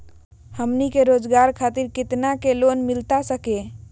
हमनी के रोगजागर खातिर कितना का लोन मिलता सके?